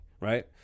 right